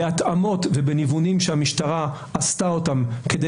בהתאמות ובניוונים שהמשטרה עשתה כדי